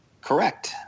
correct